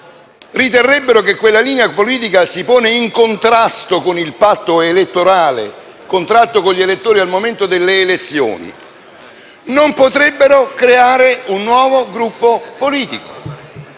riterrebbero che quella si ponesse in contrasto con il patto elettorale contratto con gli elettori al momento delle elezioni, non potrebbero creare un nuovo Gruppo politico.